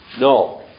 No